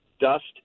dust